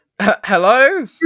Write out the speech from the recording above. Hello